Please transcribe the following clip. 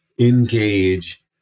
engage